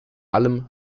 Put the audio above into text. allem